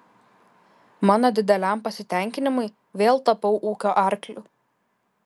mano dideliam pasitenkinimui vėl tapau ūkio arkliu